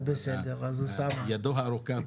אז בסדר, אז אוסאמה.